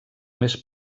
més